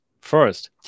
first